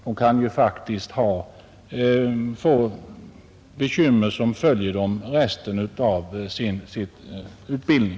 De kan faktiskt få bekymmer som följer dem under resten av deras utbildning.